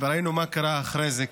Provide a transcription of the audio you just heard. וראינו מה קרה אחרי זה,